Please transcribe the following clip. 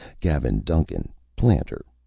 gavin duncan, planter,